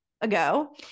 ago